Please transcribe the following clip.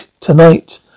tonight